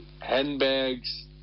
handbags